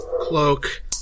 cloak